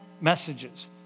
messages